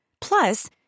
Plus